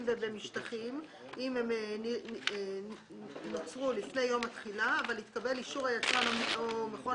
ובמשטחים אם הם יוצרו לפני יום התחילה אבל התקבל אישור יצרן ומכון